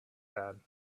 had